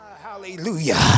Hallelujah